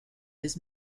his